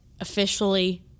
officially